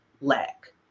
lack